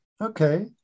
Okay